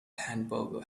hamburger